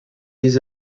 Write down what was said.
les